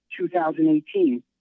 2018